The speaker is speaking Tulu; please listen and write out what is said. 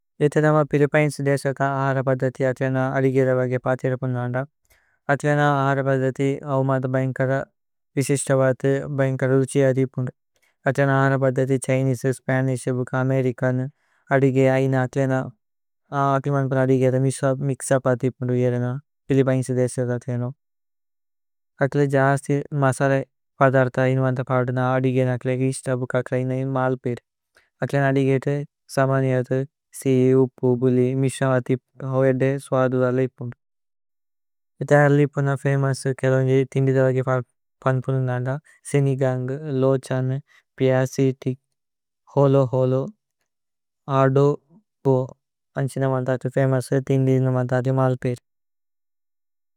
പിലിപിനേസി ദേസേത അഹര പദ്ദതി അക്ലേന അദിഗേര। ബഗ പതിര പുനന്ദ അക്ലേന അഹര പദ്ദതി അവമദ। ബൈന്കര വിസിസ്ത ബത് ബൈന്കര ഉചി അദിപുന്ദു അക്ലേന। അഹര പദ്ദതി ഛ്ഹിനേസേ, സ്പനിശ്, അമേരികനു അദിഗേ। ഐന അക്ലേന അദിഗേര മിക്സ പതിപുന്ദു വിരേന। പിലിപിനേസി ദേസേത അക്ലേന അക്ലേന ജഹസ്തി മസര। പദര്ത ഇന്വന്ത പദന അദിഗേ അക്ലേഗ ഇശ്ത ബുക। അക്ലേന ഇന് മല്പീര് അക്ലേന അദിഗേ തേ സമന്യ തേ സി। ഉപു ഗുലി മിസ്ര പതിപുന്ദു അവേദേ സ്വധുര ലിപുന്ദു। അഹര ലിപുന്ദു ഫമോഉസ് കേലോന്ജി ഥിന്ദി। ദലഗി പന്പുനന്ദ സിനിഗന്ഗു, ലോഛനു, പിയസിതിക്। ഹോലോഹോലു അദോബോ അന്ഛി നമദ കേ। ഫമോഉസ് ഥിന്ദി നമദ കേ മല്പീര്।